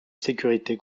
sécurité